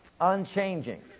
Unchanging